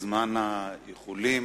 בזמן האיחולים,